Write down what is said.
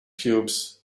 cubes